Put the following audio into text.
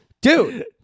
Dude